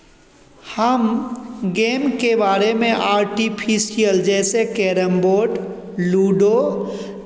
हम गेम के बारे में आर्टिफिशियल जैसे कैरमबोर्ड लूडो